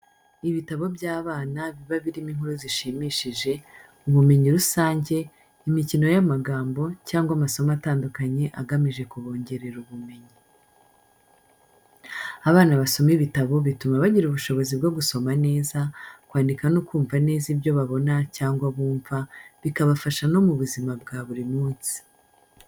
Ibitabo by'abana biba birimo inkuru zishimishije, ubumenyi rusange, imikino y'amagambo, cyangwa amasomo atandukanye agamije kubongerera ubumenyi. Abana basoma ibitabo bituma bagira ubushobozi bwo gusoma neza, kwandika no kumva neza ibyo babona cyangwa bumva, bikabafasha no mu buzima bwa buri munsi.